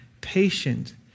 patient